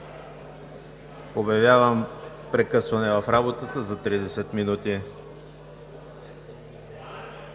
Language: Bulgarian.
Обявявам прекъсване на работата за 30 минути.